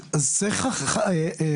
אז צריך חקיקה,